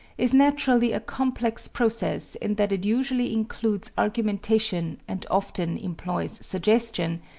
is naturally a complex process in that it usually includes argumentation and often employs suggestion,